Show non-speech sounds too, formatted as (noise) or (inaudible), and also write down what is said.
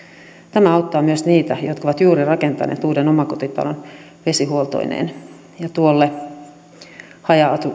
tämä auttaa myös niitä jotka ovat juuri rakentaneet uuden omakotitalon vesihuoltoineen (unintelligible) ja tuolle haja